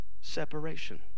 separation